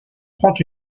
prend